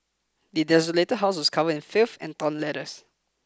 the desolated house was covered in filth and torn letters